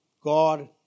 God